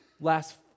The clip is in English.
last